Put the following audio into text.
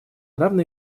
равной